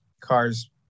cars